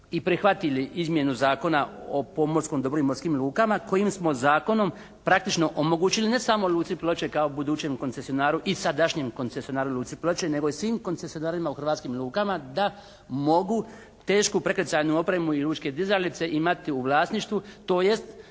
i prihvatili izmjenu Zakona o pomorskom dobru i morskim lukama kojim smo zakonom praktično omogućili ne samo luci Ploče kao budućem koncesionaru i sadašnjem koncesionaru luci Ploče nego i svim koncesionarima u hrvatskim lukama da mogu tešku prekrcajnu opremu i lučke dizalice imati u vlasništvu, tj.